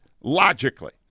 logically